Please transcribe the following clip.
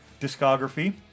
Discography